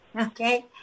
okay